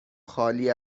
خالی